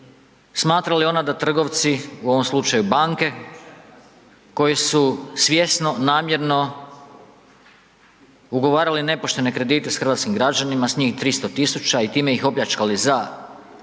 smatra li ona da trgovci u ovom slučaju banke koje su svjesno, namjerno ugovarale nepoštene kredite s hrvatskim građanima s njih 300.000 i time iz opljačkali za